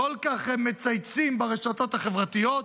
כל כך מצייצים ברשתות החברתיות,